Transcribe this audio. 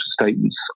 statements